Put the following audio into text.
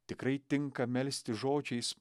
tikrai tinka melstis žodžiais